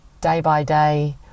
day-by-day